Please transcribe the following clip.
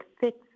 fits